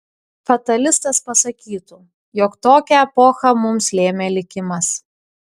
fatalistas pasakytų jog tokią epochą mums lėmė likimas